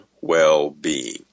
well-being